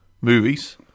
movies